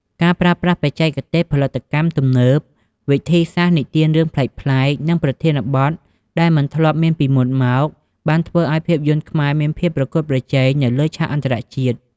ការប្រើប្រាស់បច្ចេកទេសផលិតកម្មទំនើបៗ វិធីសាស្រ្តនិទានរឿងប្លែកៗ និងប្រធានបទដែលមិនធ្លាប់មានពីមុនមក បានធ្វើឱ្យភាពយន្តខ្មែរមានភាពប្រកួតប្រជែងនៅលើឆាកអន្តរជាតិ។